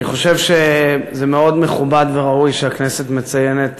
אני חושב שזה מאוד מכובד וראוי שהכנסת מציינת